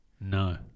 No